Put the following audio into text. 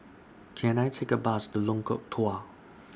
Can I Take A Bus to Lengkok Dua